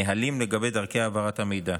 נהלים לגבי דרכי העברת המידע.